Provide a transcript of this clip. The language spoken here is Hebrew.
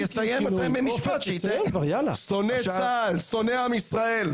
שונא צה"ל, שונא עם ישראל.